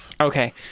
Okay